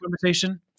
conversation